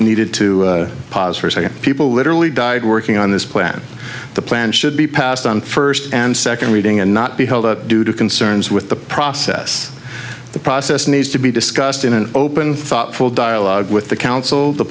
second people literally died working on this plan the plan should be passed on first and second reading and not be held up due to concerns with the process the process needs to be discussed in an open thoughtful dialogue with the council the